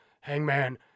hangman